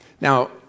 Now